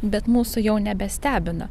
bet mūsų jau nebestebina